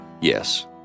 Yes